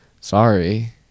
Sorry